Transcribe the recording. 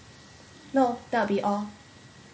no that'll be all